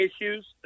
Issues